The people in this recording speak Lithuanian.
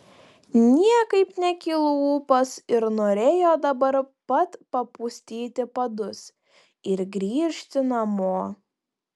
niekaip nekilo ūpas ir norėjo dabar pat papustyti padus ir grįžti namo